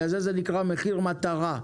לכן זה נקרא מחיר מטרה.